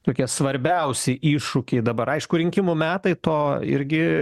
tokie svarbiausi iššūkiai dabar aišku rinkimų metai to irgi